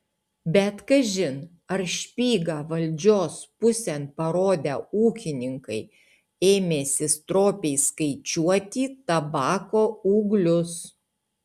bet kažin ar špygą valdžios pusėn parodę ūkininkai ėmėsi stropiai skaičiuoti tabako ūglius